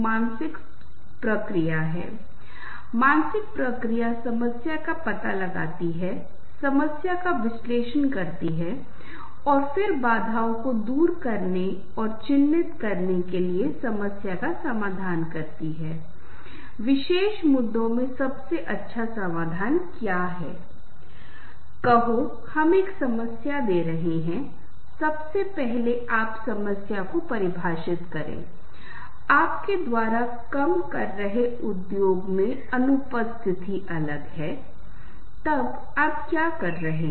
timber कुछ ऐसी है जहां मैं इस बारे में चर्चा करूंगा और आपको एक उदाहरण दूंगा कि मैं आपके साथ साझा कर पाऊंगा कि कैसे क्रम क्रमबद्ध रूप से नोटों को बजाया जाता है यह एक उपकरण की गुणवत्ता या आवाज है आइए बताते हैं कि किशोर कुमार क्यों इतने लोकप्रिय थे और क्यों xy और z दोनों बहुत लोकप्रिय नहीं थे दोनों ने नोटों को सही ढंग से बजाया क्योंकि आवाज में विशिष्ट गुणवत्ता है जिस क्षण आप उस आवाज को सुनते हैं जो आप जानते हैं कि यह किशोर कुमार की आवाज है या जिस क्षण आप आवाज सुनते हैं एक विशेष उपकरण जिसे आप जानते हैं कि कौन सा विशेष उपकरण बज रहा है इस तथ्य के बावजूद कि कहने दें दोनों उपकरण एक ही नोट पर चल रहे हैं जो वे अलग अलग ध्वनि करते हैं